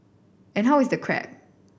and how is the crab